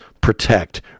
protect